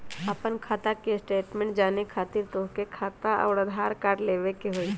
आपन खाता के स्टेटमेंट जाने खातिर तोहके खाता अऊर आधार कार्ड लबे के होइ?